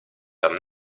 tam